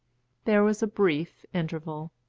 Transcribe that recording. there was a brief interval.